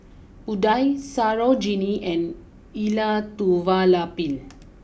Udai Sarojini and Elattuvalapil